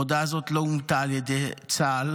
ההודעה הזאת לא אומתה על ידי צה"ל,